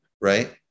Right